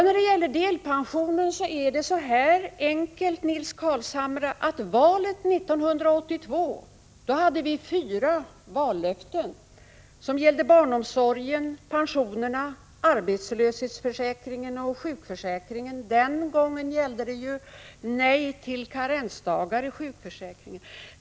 När det gäller delpensionen är det så här enkelt, Nils Carlshamre: Inför valet 1982 hade vi fyra vallöften som gällde barnomsorgen, pensionerna, arbetslöshetsförsäkringen och sjukförsäkringen — den gången gällde det nej till karensdagar inom sjukförsäkringen.